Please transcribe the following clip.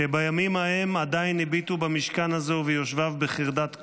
שבימים ההם עדיין הביטו במשכן הזה וביושביו בחרדת קודש,